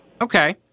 Okay